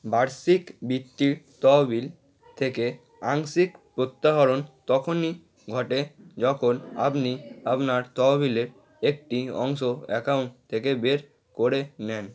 বার্ষিক বৃত্তির তহবিল থেকে আংশিক প্রত্যাহরণ তখনই ঘটে যখন আপনি আপনার তহবিলের একটি অংশ অ্যাকাউন্ট থেকে বের করে নেন